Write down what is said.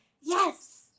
yes